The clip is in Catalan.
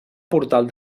portal